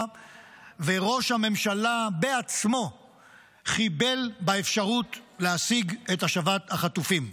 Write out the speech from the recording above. וראש הממשלה בעצמו חיבל באפשרות להשיג את השבת החטופים.